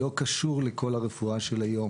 לא קשור לכל הרפואה של היום.